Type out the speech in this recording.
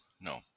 no